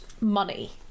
money